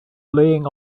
laying